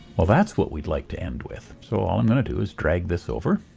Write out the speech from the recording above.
well, that's what we'd like to end with so all i'm going to do is drag this over,